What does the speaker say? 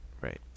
Right